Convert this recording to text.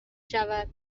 شود